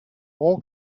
all